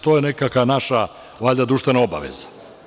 To je nekakva naša valjda društvena obaveza.